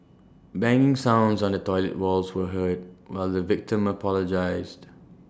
banging sounds on the toilet walls were heard while the victim apologised